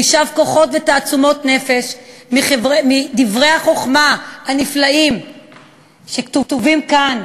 נשאב כוחות ותעצומות נפש מדברי החוכמה הנפלאים שכתובים כאן,